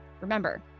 remember